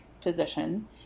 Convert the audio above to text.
position